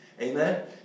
Amen